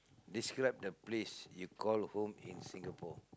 describe the place you call home in Singapore